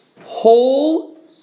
whole